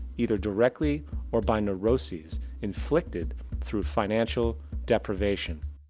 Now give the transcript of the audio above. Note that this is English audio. either directly or by nevroses inflicted through financial deprevation.